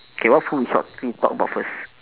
okay what food we sha~ we talk about first